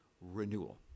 renewal